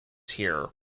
here